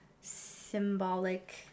symbolic